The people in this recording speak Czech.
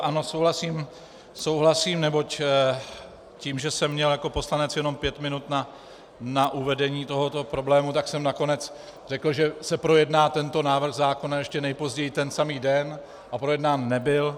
Ano, souhlasím, neboť tím, že jsem měl jako poslanec jenom pět minut na uvedení tohoto problému, tak jsem nakonec řekl, že se projedná tento návrh zákona ještě nejpozději ten samý den, a projednán nebyl.